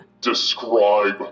Describe